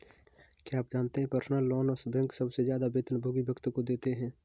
क्या आप जानते है पर्सनल लोन बैंक सबसे ज्यादा वेतनभोगी व्यक्ति को देते हैं?